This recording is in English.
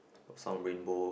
some rainbow